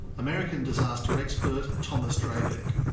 american disaster expert, thomas drabek.